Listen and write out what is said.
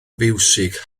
fiwsig